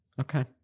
Okay